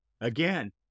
Again